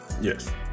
Yes